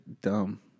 dumb